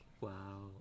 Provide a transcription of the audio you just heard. Wow